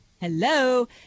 hello